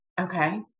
Okay